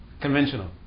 conventional